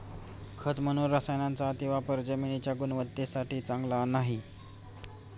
खत म्हणून रसायनांचा अतिवापर जमिनीच्या गुणवत्तेसाठी चांगला नाही